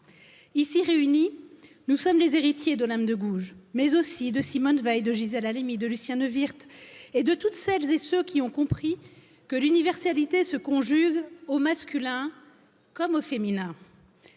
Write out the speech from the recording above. ici réunis, nous sommes les héritiers de l'âme de Gouge, mais aussi de Simone Veil, de Gisèle Lucien Neuwirth et de toutes celles et ceux qui ont compris que l'universalité se conjugue au masculin comme au féminin.